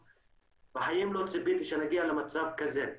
בחיים לא ציפיתי שאני אגיע למצב כזה,